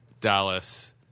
Dallas